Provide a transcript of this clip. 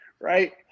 right